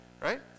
Right